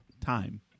time